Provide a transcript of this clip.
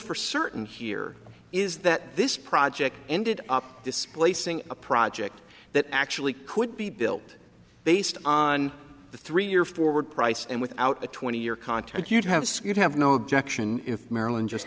for certain here is that this project ended up displacing a project that actually could be built based on the three year forward price and without a twenty year content you'd have skewed have no objection if marilyn just